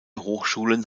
hochschulen